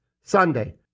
Sunday